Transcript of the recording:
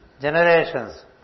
generations